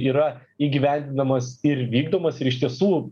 yra įgyvendinamas ir vykdomas ir iš tiesų